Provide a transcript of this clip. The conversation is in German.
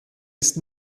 ist